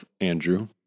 Andrew